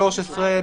(43).